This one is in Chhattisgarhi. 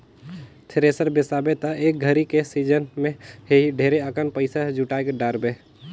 थेरेसर बिसाबे त एक घरी के सिजन मे ही ढेरे अकन पइसा जुटाय डारबे